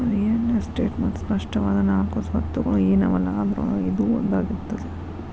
real estate ಮತ್ತ ಸ್ಪಷ್ಟವಾದ ನಾಲ್ಕು ಸ್ವತ್ತುಗಳ ಏನವಲಾ ಅದ್ರೊಳಗ ಇದೂ ಒಂದಾಗಿರ್ತದ